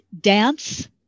dance